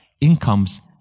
incomes